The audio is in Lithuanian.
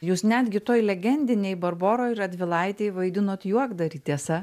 jūs netgi toj legendinėj barboroj radvilaitėj vaidinot juokdarį tiesa